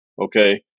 okay